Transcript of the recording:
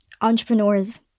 entrepreneurs